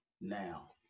now